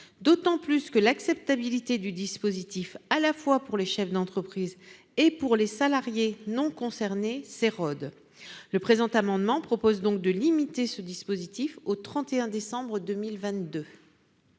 d'autant plus que l'acceptabilité du dispositif à la fois pour les chefs d'entreprises et pour les salariés non concernés s'érode le présent amendement propose donc de limiter ce dispositif au 31 décembre 2022.